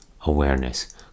awareness